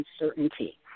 uncertainty